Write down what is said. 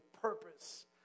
purpose